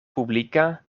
publika